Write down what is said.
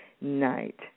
night